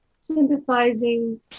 sympathizing